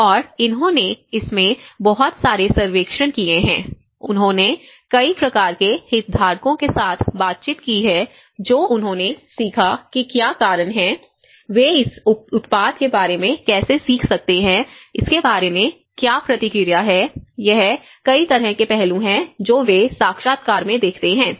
और उन्होंने इसमें बहुत सारे सर्वेक्षण किए हैं उन्होंने कई प्रकार के हितधारकों के साथ बातचीत की है जो उन्होंने सीखा कि क्या कारण हैं वे इस उत्पाद के बारे में कैसे सीख सकते हैं इसके बारे में क्या प्रतिक्रिया है यह कई तरह के पहलू हैं जो वे साक्षात्कार में देखते हैं